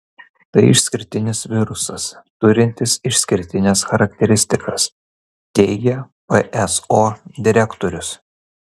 tai išskirtinis virusas turintis išskirtines charakteristikas teigia pso direktorius